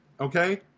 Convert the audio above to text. Okay